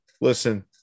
listen